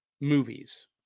movies